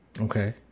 Okay